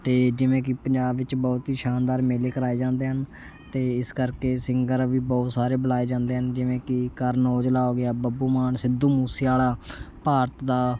ਅਤੇ ਜਿਵੇਂ ਕਿ ਪੰਜਾਬ ਵਿੱਚ ਬਹੁਤ ਹੀ ਸ਼ਾਨਦਾਰ ਮੇਲੇ ਕਰਵਾਏ ਜਾਂਦੇ ਹਨ ਅਤੇ ਇਸ ਕਰਕੇ ਸਿੰਗਰ ਵੀ ਬਹੁਤ ਸਾਰੇ ਬੁਲਾਏ ਜਾਂਦੇ ਹਨ ਜਿਵੇਂ ਕਿ ਕਰਨ ਔਜਲਾ ਹੋ ਗਿਆ ਬੱਬੂ ਮਾਨ ਸਿੱਧੂ ਮੂਸੇਆਲ਼ਾ ਭਾਰਤ ਦਾ